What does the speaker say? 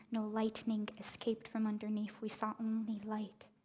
no lightning escaped from underneath we saw only light.